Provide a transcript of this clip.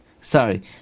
Sorry